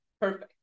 perfect